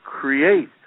create